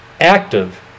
active